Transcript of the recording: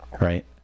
Right